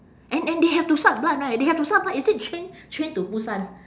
and and they have to suck blood right they have to suck blood is it train train to busan